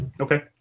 okay